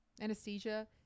anesthesia